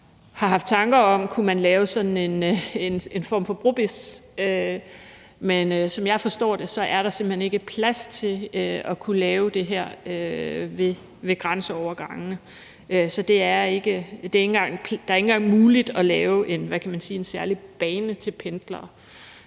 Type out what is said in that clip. har haft tanker om, om man kunne lave en form for brobizz, men som jeg forstår det, er der simpelt hen ikke plads til at kunne lave det her ved grænseovergangene. Det er ikke engang muligt at lave en særlig bane til pendlere,